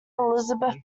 elizabeth